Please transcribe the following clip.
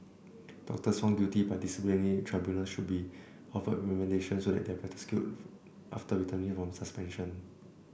doctors found guilty by disciplinary tribunals should be offered remediation so they are better skilled after returning from suspension